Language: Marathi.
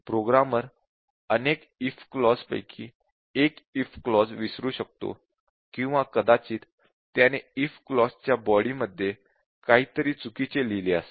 प्रोग्रामर अनेक इफ क्लॉज़ पैकी एक इफ क्लॉज़ विसरू शकतो किंवा कदाचित त्याने if क्लॉजच्या बॉडी मध्ये काहीतरी चुकीचे लिहिले असेल